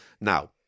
Now